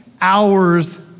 hours